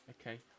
Okay